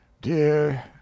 Dear